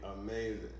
amazing